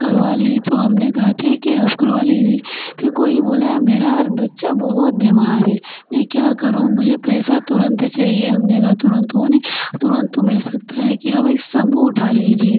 करवा ली तो हमने कहा ठीक है आप करवा लीजिए फिर कोई बोला यार मेरा यार बच्चा बहुत बीमार है मैं क्या करूँ मुझे पैसा तुरंत चाहिए हमने कहा तुरंत तो हो नहीं तुरंत तो मिल सकता है कि हाँ भाई समूह उठा लीजिए